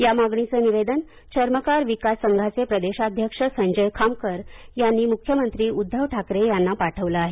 या मागणीच निवेदन चर्मकार विकास संघाचे प्रदेशाध्यक्ष संजय खामकर यांनी मुख्यमंत्री उध्दव ठाकरे यांना पाठवलं आहे